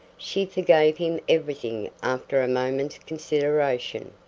she forgave him everything after a moment's consideration.